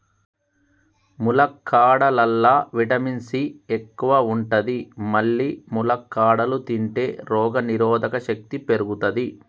ములక్కాడలల్లా vitamin C ఎక్కువ ఉంటది మల్లి ములక్కాడలు తింటే రోగనిరోధక శక్తి పెరుగుతది